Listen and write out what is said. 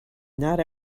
not